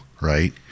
right